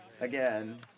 again